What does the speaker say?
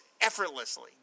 effortlessly